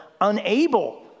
unable